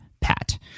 PAT